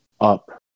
up